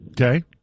Okay